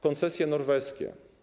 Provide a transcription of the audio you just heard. Koncesje norweskie.